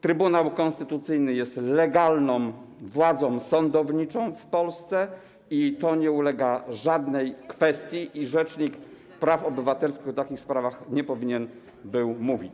Trybunał Konstytucyjny jest legalną władzą sądowniczą w Polsce, to nie ulega żadnej wątpliwości, a rzecznik praw obywatelskich o takich sprawach nie powinien mówić.